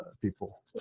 people